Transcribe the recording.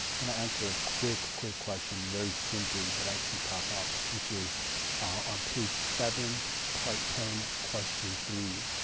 gonna answer a quick quick question very simply that i see pop up, which is on page seven part ten question three.